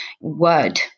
word